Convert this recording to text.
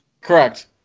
Correct